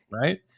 right